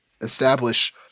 establish